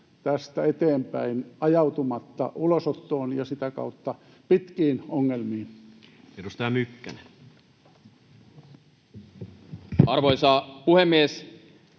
tästä eteenpäin ajautumatta ulosottoon ja sitä kautta pitkiin ongelmiin? Edustaja Mykkänen. Arvoisa puhemies!